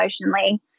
emotionally